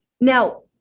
Now